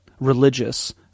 religious